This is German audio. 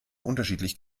unterschiedlich